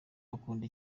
bakunda